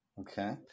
Okay